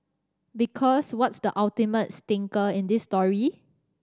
because what's the ultimate stinker in this story